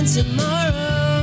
tomorrow